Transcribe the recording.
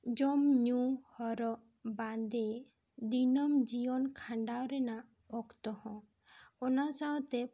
ᱡᱚᱢ ᱧᱩ ᱦᱚᱨᱚᱜ ᱵᱟᱸᱫᱮ ᱫᱤᱱᱚᱢ ᱡᱤᱭᱚᱱ ᱠᱷᱟᱰᱟᱣ ᱨᱮᱱᱟᱜ ᱚᱠᱚᱛᱚ ᱦᱚᱸ ᱚᱱᱟ ᱥᱟᱶᱛᱮ